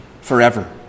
forever